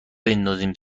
بندازیم